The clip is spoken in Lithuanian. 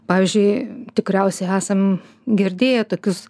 pavyzdžiui tikriausiai esam girdėję tokius